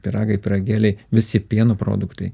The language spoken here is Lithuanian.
pyragai pyragėliai visi pieno produktai